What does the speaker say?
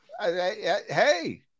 Hey